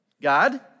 God